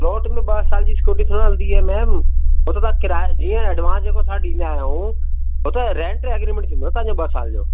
plot में ॿ साल जी सिक्योरटी थोरी न हलंदी आहे मेम हू त तव्हां किरायो जीअं असां एडवांस जेको ॾींदा आहियूं छो त रेंट एग्रीमेंट थींदो न तव्हांजो ॿ साल जो